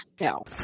No